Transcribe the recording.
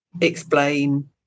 explain